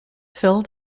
filled